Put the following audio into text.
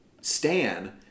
Stan